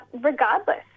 regardless